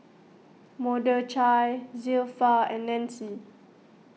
Mordechai Zilpha and Nancie